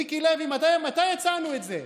מיקי לוי, מתי הצענו את זה?